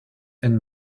and